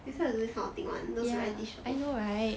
they do this kind of thing [one] those variety show